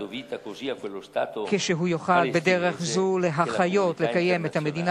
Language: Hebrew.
בדרך זו הוא יוכל להחיות ולקיים את המדינה